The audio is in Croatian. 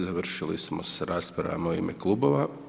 Završili smo s raspravama u ime klubova.